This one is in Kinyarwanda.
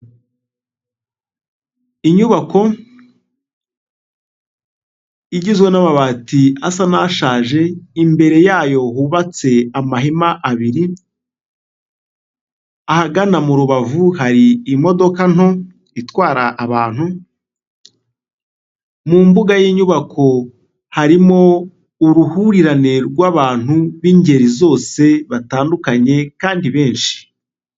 Inyubako igizwe n'amabati asa n'ashaje. imbere yayo hubatse amahema abiri ahagana mu rubavu hari imodoka nto itwara abantu, mu mbuga y'inyubako harimo uruhurirane rw'abantu b'ingeri zose batandukanye kandi benshi.